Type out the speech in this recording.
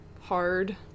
hard